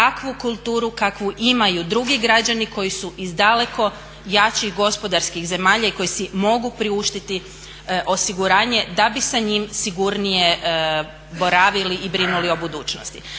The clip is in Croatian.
takvu kulturu kakvu imaju drugi građani koji su iz daleko jačih gospodarskih zemalja i koji si mogu priuštiti osiguranje da bi sa njim sigurnije boravili i brinuli o budućnosti.